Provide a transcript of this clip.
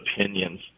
opinions